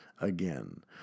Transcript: again